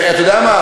אתה יודע מה?